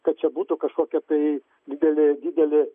kad čia būtų kažkokia tai didelė dideli